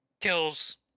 kills